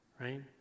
Right